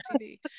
tv